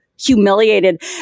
humiliated